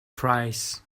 price